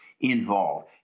involved